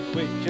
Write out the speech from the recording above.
Wait